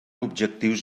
objectius